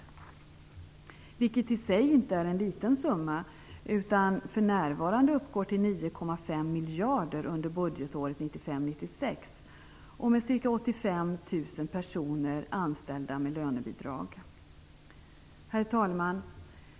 I sig är det inte fråga om en liten summa. För närvarande handlar det om 9,5 miljarder kronor under budgetåret 1995/96 och ca 85 000 personer som är anställda med lönebidrag. Herr talman!